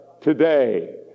today